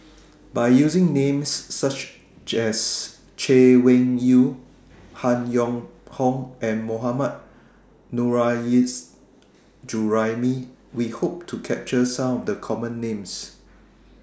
By using Names such as Chay Weng Yew Han Yong Hong and Mohammad Nurrasyid Juraimi We Hope to capture Some of The Common Names